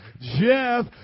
Jeff